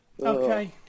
Okay